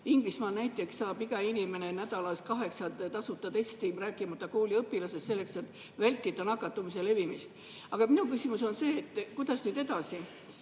Inglismaal näiteks saab iga inimene nädalas kaheksa tasuta testi, rääkimata kooliõpilastest, selleks et vältida nakatumise levimist. Aga minu küsimus on, kuidas nüüd edasi.